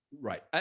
right